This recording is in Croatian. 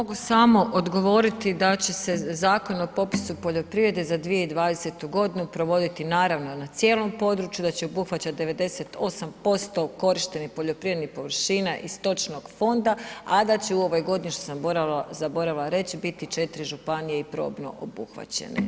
Mogu samo odgovoriti da će se Zakon o popisu poljoprivrede za 2020.g. provoditi naravno na cijelom području, da će obuhvaćat 98% korištenih poljoprivrednih površina i stočnog fonda, a da će u ovoj godini, što sam zaboravila reći, biti 4 županije i probno obuhvaćene.